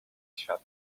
świat